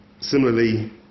Similarly